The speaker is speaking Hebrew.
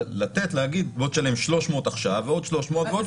אז להגיד: בוא תשלם 300 עכשיו ועוד 300 ועוד